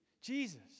Jesus